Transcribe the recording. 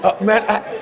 Man